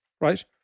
right